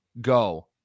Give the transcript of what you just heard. go